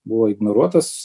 buvo ignoruotas